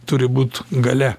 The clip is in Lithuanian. turi būt galia